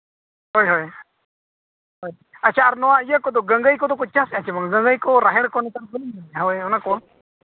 ᱦᱳᱭ ᱦᱳᱭ ᱟᱪᱪᱷᱟ ᱟᱨ ᱱᱚᱣᱟ ᱜᱟᱹᱝᱜᱟᱹᱭ ᱠᱚᱫᱚ ᱠᱚ ᱪᱟᱥᱮᱫᱼᱟ ᱥᱮ ᱵᱟᱝ ᱜᱟᱹᱝᱜᱟᱹᱭ ᱠᱚ ᱨᱟᱦᱮᱲ ᱠᱚ ᱱᱮᱛᱟᱨ ᱵᱟᱹᱞᱤᱧ ᱧᱮᱞ ᱧᱟᱢᱮᱫᱼᱟ ᱦᱳᱭ ᱚᱱᱟ ᱠᱚ